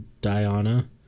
Diana